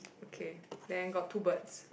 okay then got two birds